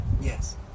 Yes